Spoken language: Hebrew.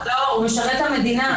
הוא משרת את המדינה.